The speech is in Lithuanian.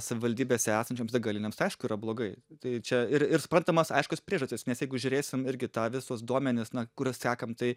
savivaldybėse esančioms degalinėms tai aišku yra blogai tai čia ir ir suprantamos aiškios priežastys nes jeigu žiūrėsim irgi tą visus duomenis na kuriuos sekam tai